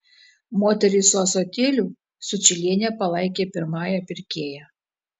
moterį su ąsotėliu sučylienė palaikė pirmąja pirkėja